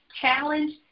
challenge